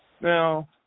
Now